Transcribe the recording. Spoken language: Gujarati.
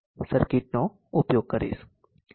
cir નો ઉપયોગ કરીશ